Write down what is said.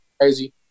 crazy